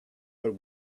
but